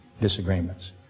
disagreements